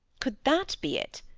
could that be it?